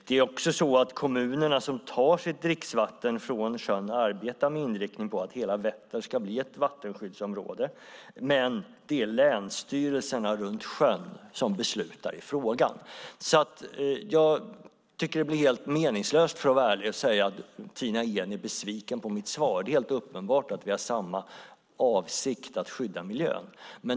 De kommuner som tar sitt dricksvatten från sjön arbetar också med inriktningen att hela Vättern ska bli ett vattenskyddsområde, men det är länsstyrelserna runt sjön som beslutar i frågan. Jag tycker att det är helt meningslöst när Tina Ehn säger att hon är besviken på mitt svar. Det är helt uppenbart att vi har samma avsikt att skydda miljön.